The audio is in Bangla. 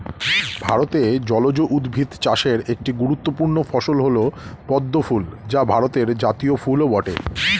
ভারতে জলজ উদ্ভিদ চাষের একটি গুরুত্বপূর্ণ ফসল হল পদ্ম ফুল যা ভারতের জাতীয় ফুলও বটে